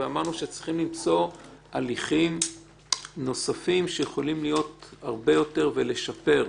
ואמרנו שצריכים למצוא הליכים נוספים שיכולים להיות הרבה יותר ולשפר.